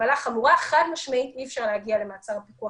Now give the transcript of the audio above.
חבלה חמורה חד-משמעית אי אפשר להגיע למעצר בפיקוח